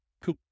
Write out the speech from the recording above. Cool